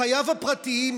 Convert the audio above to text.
בחייו הפרטיים,